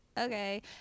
okay